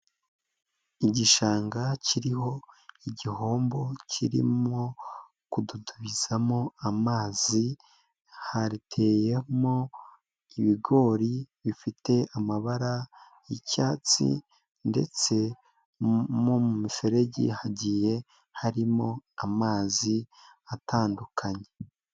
Igishanga kiriho igihombo, kirimo kududubizamo amazi, hateyemo ibigori bifite amabara y'icyatsi ndetse mu miferege, hagiye harimo amazi atandukanye.